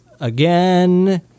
again